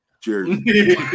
Jersey